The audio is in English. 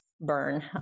burn